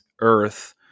Earth